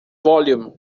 volume